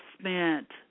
spent